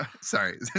Sorry